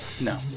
No